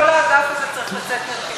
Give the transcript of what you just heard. נראה לי שכל האגף הזה צריך לצאת מרשימת השואלים.